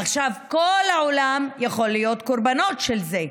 עכשיו כל העולם, יכול להיות, קורבנות של זה.